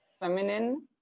feminine